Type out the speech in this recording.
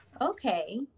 okay